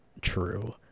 true